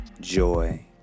joy